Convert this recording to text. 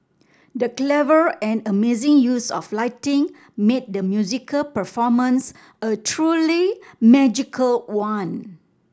the clever and amazing use of lighting made the musical performance a truly magical one